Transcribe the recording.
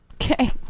Okay